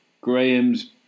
Graham's